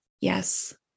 Yes